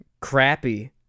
crappy